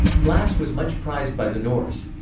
glass was much prized by the norse.